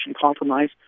compromise